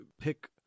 pick